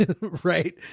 Right